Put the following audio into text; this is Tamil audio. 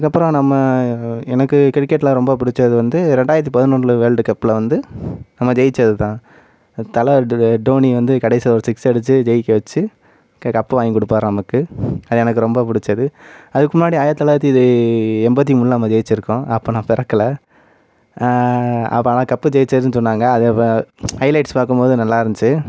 அதுக்கப்புறம் நம்ம எனக்கு கிரிக்கெட்ல ரொம்ப பிடிச்சது வந்து ரெண்டாயிரத்தி பதினொன்றுல வேர்ல்டு கப்ல வந்து நம்ம ஜெயித்ததுதான் அது தலை டே டோனி வந்து கடைசியில ஒரு சிக்ஸ் அடித்து ஜெயிக்க வச்சு க கப்பு வாங்கி கொடுப்பாரு நமக்கு அது எனக்கு ரொம்ப பிடிச்சது அதுக்கு முன்னாடி ஆயிரத்தி தொள்ளாயிரத்தி எண்பத்தி மூணுல நம்ம ஜெயிச்சிருக்கோம் அப்போ நான் பிறக்கலை அப்போ ஆனால் கப்பு ஜெயித்ததுனு சொன்னாங்கள் அதை ஹைலைட்ஸ் பார்க்கும்போது நல்லாயிருந்துச்சு